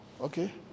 okay